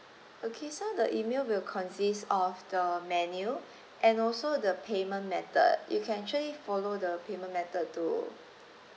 okay so the email will consist of the menu and also the payment method you can actually follow the payment method to